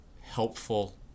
helpful